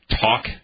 Talk